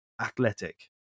athletic